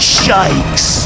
shakes